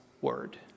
word